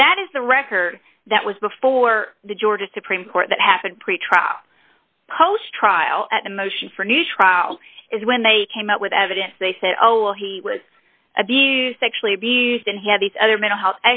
so that is the record that was before the georgia supreme court that happened pretrial post trial and a motion for a new trial is when they came up with evidence they said oh he was abused sexually abused and he had these other mental health